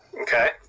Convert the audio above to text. Okay